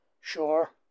Sure